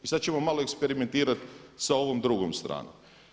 I sada ćemo malo eksperimentirati sa ovom drugom stranom.